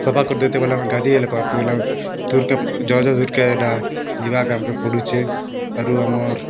ସଫା କରିଦେତେ ବୋଲେ ଆମେ ଗାଧି ହେଲେ ପାର୍ତୁ ଗଲେ ଆମେ ଦୂରକେ ଜହ ଜହ ଦୂର୍କେ ହେଟା ଯିବାକେ ଆମ୍କେ ପଡ଼ୁଚେ ଆରୁ ଆମର୍